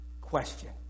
question